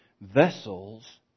vessels